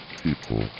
People